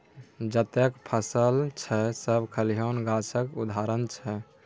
जतेक फसल छै सब सलियाना गाछक उदाहरण छै